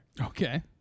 Okay